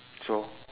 so